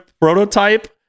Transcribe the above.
prototype